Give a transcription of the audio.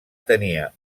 tenia